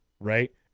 Right